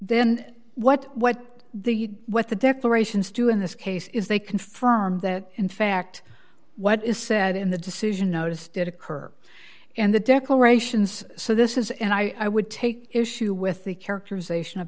then what what the what the defamations do in this case is they confirm that in fact what is said in the decision notice did occur and the declarations so this is and i would take issue with the characterization of